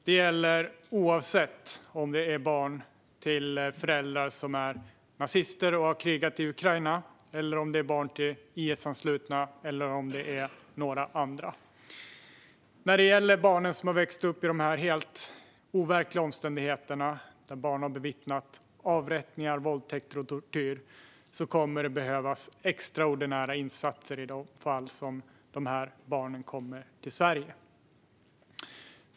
Det gäller oavsett om det är barn till nazister som har krigat i Ukraina, barn till IS-anslutna eller några andra. När det gäller barnen som har växt upp under dessa helt overkliga omständigheter där de bevittnat avrättningar, våldtäkter och tortyr kommer det att behövas extraordinära insatser i de fall dessa barn kommer till Sverige.